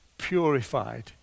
purified